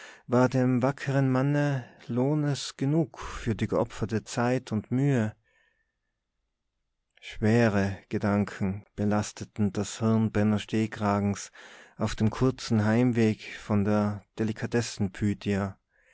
dem wackeren manne lohnes genug für die geopferte zeit und mühe schwere gedanken belasteten das hirn benno stehkragens auf dem kurzen heimweg von der delikatessen pythia